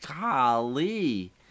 golly